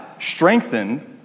strengthened